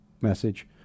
message